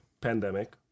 pandemic